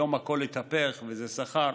היום הכול התהפך וזה שכר.